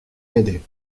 m’aider